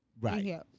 Right